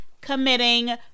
committing